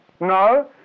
No